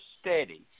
steady